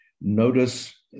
Notice